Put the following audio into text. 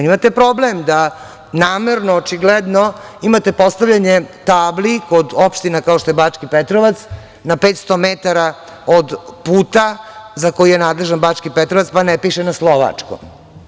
Imate problem da namerno, očigledno imate postavljanje tabli kod optšina kao što je Bački Petrovac na 500 metara od puta za koji je nadležan Bački Petrovac, pa ne piše na slovačkom.